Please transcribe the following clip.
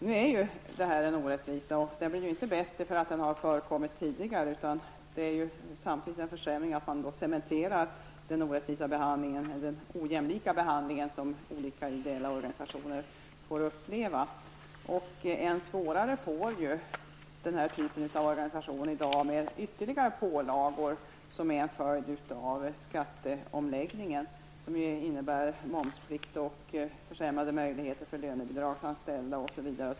Nu är detta en orättvisa, och ingenting blir ju bättre av att den förekommit tidigare, utan det är snarare en försämring att man cementerar den ojämlika behandling som ideella organisationer får uppleva. Den här typen av organisationer får det ju ännu svårare i dag med ytterligare pålagor som en följd av skatteomläggningen, vilken innebär momsplikt, försämrade möjligheter för lönebidragsanställda osv.